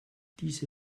diese